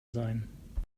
sein